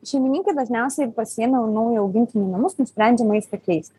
šeimininkai dažniausiai pasiėmę naują augintinį į namus nusprendžia maistą keisti